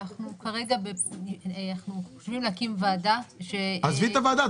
אנחנו חושבים להקים ועדה --- עזבי ועדה.